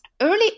early